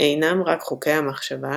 אינם רק חוקי המחשבה,